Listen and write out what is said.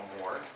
more